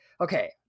okay